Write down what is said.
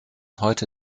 heute